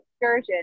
excursion